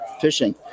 Fishing